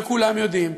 וכולם יודעים,